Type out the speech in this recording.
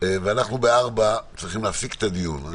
בשעה 16:00 אנחנו צריכים להפסיק את הדיון.